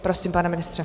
Prosím, pane ministře.